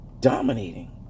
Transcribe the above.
dominating